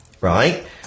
right